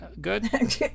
Good